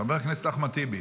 חבר הכנסת אחמד טיבי.